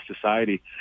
society